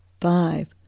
five